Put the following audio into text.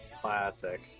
Classic